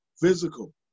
physical